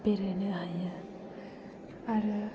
बेरायनो हायो आरो